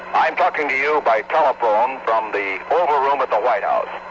i'm talking to you by telephone from the oval room at the white house,